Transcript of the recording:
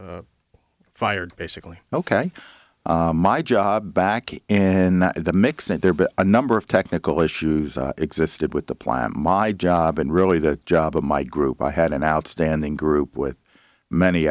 fired basically ok my job back in the mix and there but a number of technical issues existed with the plant my job and really the job of my group i had an outstanding group with many